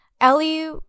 ellie